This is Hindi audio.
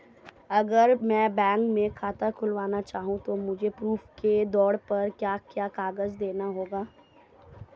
अगर मैं बैंक में खाता खुलाना चाहूं तो मुझे प्रूफ़ के तौर पर क्या क्या कागज़ देने होंगे?